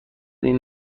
این